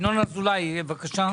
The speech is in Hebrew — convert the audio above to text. ינון אזולאי, בקשה.